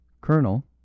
Colonel